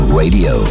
Radio